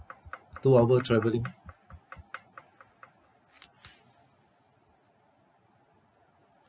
two hour travelling